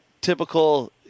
typical